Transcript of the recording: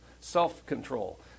Self-control